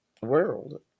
world